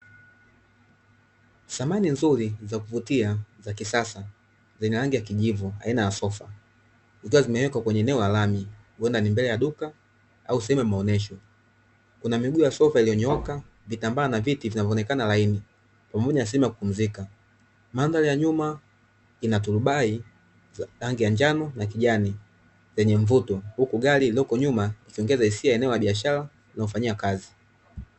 Samani nzuri za kuvutia za kisasa zina rangi ya kijivu aina ya sofa zikiwa zimewekwa kwenye eneo la lami huenda ni mbele ya duka au sehemu ya maonyesho kuna miguu ya sofa iliyonyooka, vitambaa na viti vinavyoonekana ni laini pamoja na sehemu ya kupumzika. Mandhari ya nyuma ina turubai la rangi ya njano na kijani lenye mvuto huku gari lililoko nyuma likiongeza hisia eneo la biashara na kufanyia kazi.